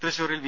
തൃശൂരിൽ വി